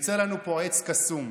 ודאי יצא לנו פה עץ קסום,